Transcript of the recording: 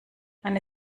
eine